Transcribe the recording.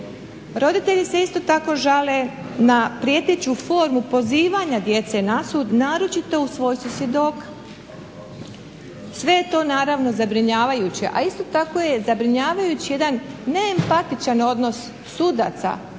Roditelji se isto tako žale na prijeteću formu pozivanja djece na sud, naročito u svojstvu svjedoka. Sve je to naravno zabrinjavajuće, a isto tako je zabrinjavajući jedan neempatičan odnos sudaca